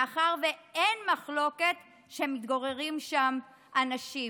מאחר שאין מחלוקת שמתגוררים שם אנשים.